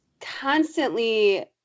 constantly